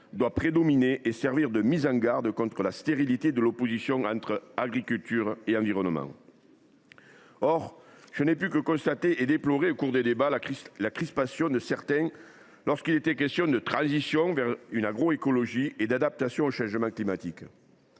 doit prédominer et servir de mise en garde contre la stérilité de l’opposition entre agriculture et environnement. Or je n’ai pu que constater et déplorer au cours des débats la crispation de certains lorsqu’il était question de transition vers une agroécologie et d’adaptation au changement climatique.